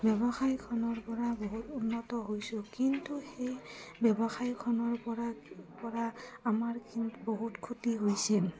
ব্যৱসায়খনৰপৰা বহুত উন্নত হৈছোঁ কিন্তু সেই ব্যৱসায়খনৰপৰা পৰা আমাৰ কিন্তু বহুত ক্ষতি হৈছিল